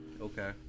okay